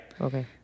Okay